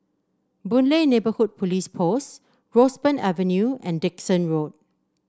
Boon Lay Neighbourhood Police Post Roseburn Avenue and Dickson Road